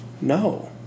No